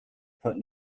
put